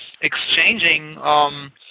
exchanging